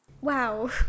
Wow